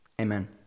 Amen